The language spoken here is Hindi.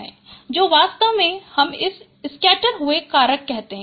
तो वास्तव में हम इसे स्कैटर हुए कारक कहते हैं